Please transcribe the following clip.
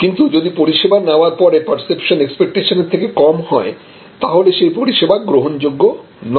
কিন্তু যদি পরিষেবার নেওয়ার পরে পার্সেপশন এক্সপেক্টেশনর থেকে কম হয় তাহলে সেই পরিষেবা গ্রহণযোগ্য নয়